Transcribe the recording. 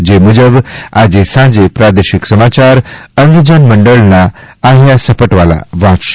જે મુજબ આજે સાંજે પ્રાદેશિક સમાચાર અંધજન મંડળના યાહ્યા સપટ વાલા વાંચશે